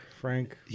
Frank